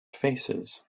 faces